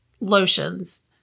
lotions